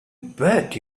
bet